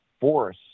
force